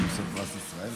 בנושא פרס ישראל.